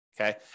Okay